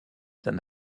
d’un